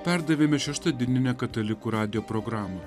perdavėme šeštadieninę katalikų radijo programą